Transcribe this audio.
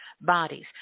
bodies